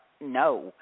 no